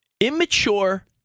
Immature